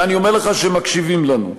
ואני אומר לך שמקשיבים לנו.